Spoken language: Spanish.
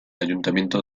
ayuntamiento